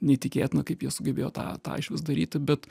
neįtikėtina kaip jie sugebėjo tą tą išvis daryti bet